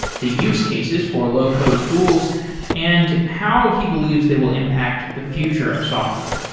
the use cases for low-code tools and how he believes they will impact the future of software.